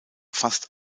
fast